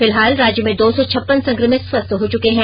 फिलहाल राज्य में दो सौ छप्पन संकमित स्वस्थ हो चुके हैं